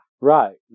Right